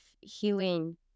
healing